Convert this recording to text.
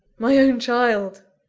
my own child!